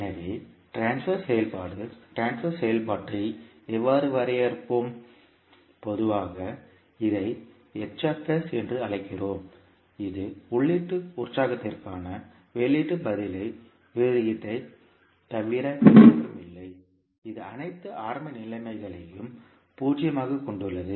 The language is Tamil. எனவே ட்ரான்ஸ்பர் செயல்பாடு ட்ரான்ஸ்பர் செயல்பாட்டை எவ்வாறு வரையறுப்போம் பொதுவாக இதை என்று அழைக்கிறோம் இது உள்ளீட்டு உற்சாகத்திற்கான வெளியீட்டு பதிலின் விகிதத்தைத் தவிர வேறொன்றுமில்லை இது அனைத்து ஆரம்ப நிலைமைகளையும் பூஜ்ஜியமாகக் கொண்டுள்ளது